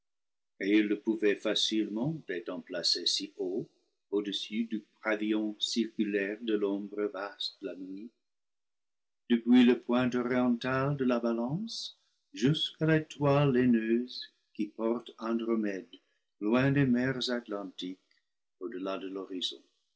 il le pouvait facilement étant placé si haut au-dessus du pavillon circulaire de l'ombre vaste de la nuit depuis le point oriental de la balance jusqu'à l'étoile laineuse qui porte andromède loin des mers atlantiques au-delà de l'horizon